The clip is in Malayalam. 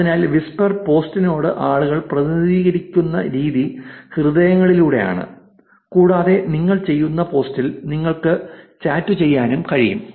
അതിനാൽ വിസ്പർ പോസ്റ്റിനോട് ആളുകൾ പ്രതികരിക്കുന്ന രീതി ഹൃദയങ്ങളിലൂടെയാണ് കൂടാതെ നിങ്ങൾ ചെയ്യുന്ന പോസ്റ്റിൽ നിങ്ങൾക്ക് ചാറ്റുചെയ്യാനും കഴിയും